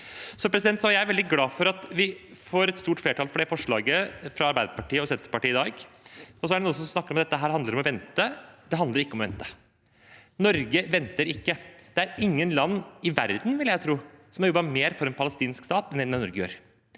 stat. Jeg er veldig glad for at vi får et stort flertall for det forslaget fra Arbeiderpartiet og Senterpartiet i dag. Så er det noen som snakker om at dette handler om å vente. Det handler ikke om å vente. Norge venter ikke. Det er ingen land i verden, vil jeg tro, som har jobbet mer for en palestinsk stat enn det Norge gjør.